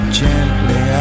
gently